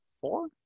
four